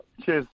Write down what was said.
Cheers